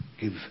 give